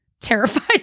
terrified